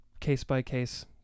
case-by-case